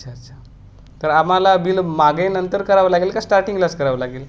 अच्छा अच्छा तर आम्हाला बिल मागे नंतर करावं लागेल का स्टार्टिंगलाच करावं लागेल